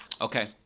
Okay